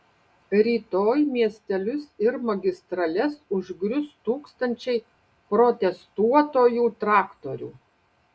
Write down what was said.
rytoj miestelius ir magistrales užgrius tūkstančiai protestuotojų traktorių